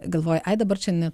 galvoji ai dabar čia ne